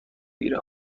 گیرم